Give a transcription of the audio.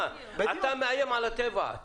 מבחינתו אתה מאיים על הטבע.